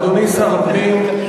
אדוני שר הפנים,